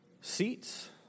seats